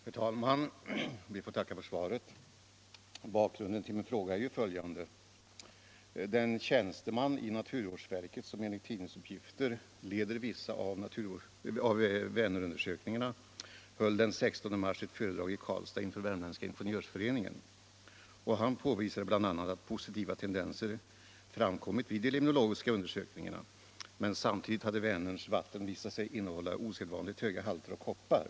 Herr talman! Jag ber att få tacka för svaret. Bakgrunden till min fråga är följande. Den tjänsteman i naturvårdsverket som enligt tidningsuppgifter leder vissa av Vänerundersökningarna höll den 16 mars ett föredrag i Karlstad inför Värmländska ingenjörsföreningen. Han påvisade bl.a. att positiva tendenser framkommit vid de limnologiska undersökningarna men att Vänerns vatten samtidigt hade visat sig innehålla osedvanligt höga halter av koppar.